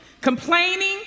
Complaining